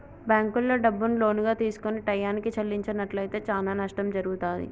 బ్యేంకుల్లో డబ్బుని లోనుగా తీసుకొని టైయ్యానికి చెల్లించనట్లయితే చానా నష్టం జరుగుతాది